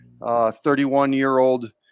31-year-old